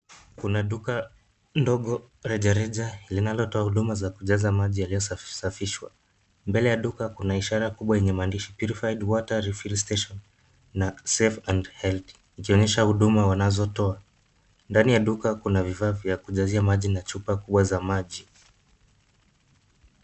Kuna duka ndogo rejareja linalotoa huduma za kujaza maji yaliyosafishwa. Mbele ya duka kuna ishara kubwa lenye maandishi Purified water refill station na Safe and healthy ikionyesha huduma wanazotoa. Ndani ya duka kuna vifaa vya kujazia maji na chupa za kuweka maji.